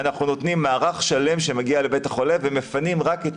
אנחנו נותנים מערך שלם שמגיע לבית החולה ומפנים רק את